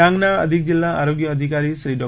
ડાંગના અધિક જિલ્લા આરોગ્ય અધિકારીશ્રી ડો